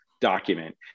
document